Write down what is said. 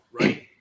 right